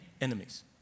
enemies